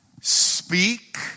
speak